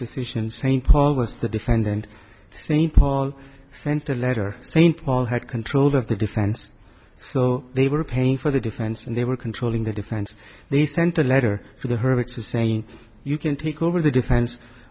decision st paul was the defendant think paul sent a letter st paul had control of the defense so they were paying for the defense and they were controlling the defense they sent a letter to her ex's saying you can take over the defen